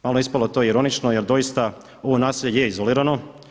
Malo je ispalo to ironično jer doista ovo naselje je izolirano.